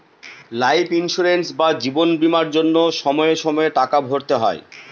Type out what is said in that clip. life insurance বা জীবন বীমার জন্য সময়ে সময়ে টাকা ভরতে হয়